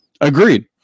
Agreed